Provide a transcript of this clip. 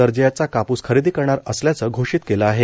दर्जाचा कापूस खरेदी करणार असल्याचं घोषित केलं आहे